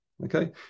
Okay